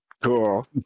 Cool